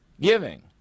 giving